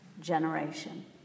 generation